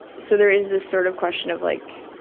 so there is this sort of question of, like,